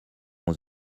onze